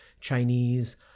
Chinese